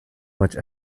which